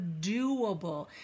doable